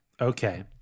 Okay